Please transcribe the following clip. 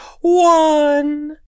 one